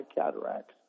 cataracts